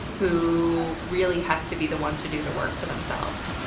who really has to be the one to do the work for themselves.